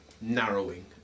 narrowing